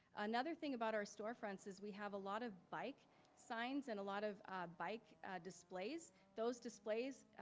another thing about our storefronts is we have a lot of bike signs and a lot of bike displays. those displays,